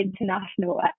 international